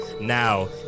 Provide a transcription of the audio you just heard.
Now